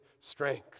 strength